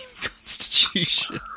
constitution